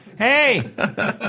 Hey